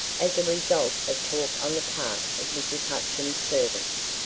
as a result of talk on the part of mrs. hutchins' servants,